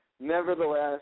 nevertheless